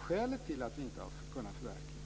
Skälet till att dessa önskemål inte har kunnat förverkligas